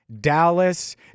Dallas